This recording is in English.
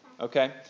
Okay